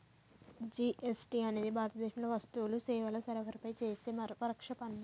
GST అనేది భారతదేశంలో వస్తువులు, సేవల సరఫరాపై యేసే పరోక్ష పన్ను